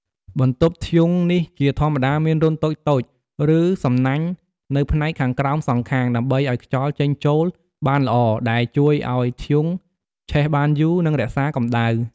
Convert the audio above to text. បន្ទប់ធ្យូង នេះជាធម្មតាមានរន្ធតូចៗ ឬសំណាញ់នៅផ្នែកខាងក្រោមសងខាង ដើម្បីឱ្យខ្យល់ចេញចូលបានល្អ ដែលជួយឱ្យធ្យូងឆេះបានយូរ និងរក្សាកម្ដៅ។